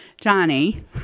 Johnny